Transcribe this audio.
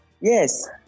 Yes